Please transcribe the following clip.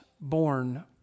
born